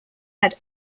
had